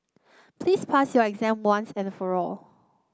please pass your exam once and for all